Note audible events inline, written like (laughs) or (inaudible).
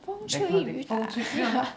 风吹雨打 (laughs)